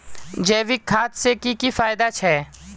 जैविक खाद से की की फायदा छे?